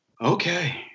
Okay